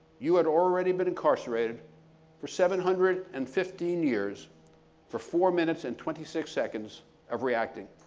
you had already been incarcerated for seven hundred and fifteen years for four minutes and twenty six seconds of reacting.